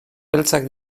beltzak